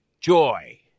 joy